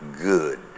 good